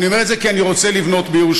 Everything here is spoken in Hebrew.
אני אומר את זה כי אני רוצה לבנות בירושלים,